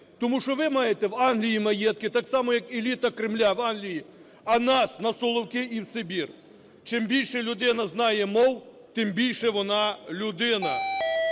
тому що ви маєте в Англії маєтки, так само, як еліта Кремля, в Англії, а нас - на Соловки і в Сибір. Чим більше людина знає мов, тим більше вона людина.